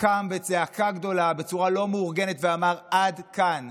קם בצעקה גדולה, בצורה לא מאורגנת, ואמר: עד כאן,